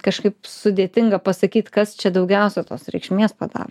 kažkaip sudėtinga pasakyt kas čia daugiausia tos reikšmės padaro